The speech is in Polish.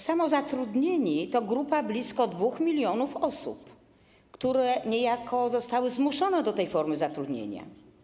Samozatrudnieni to grupa blisko 2 mln osób, które niejako zostały zmuszone do tej formy zatrudnienia.